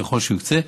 ככל שיוקצה,